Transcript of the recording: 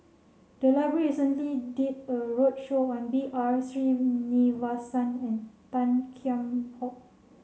the library recently did a roadshow on B R Sreenivasan and Tan Kheam Hock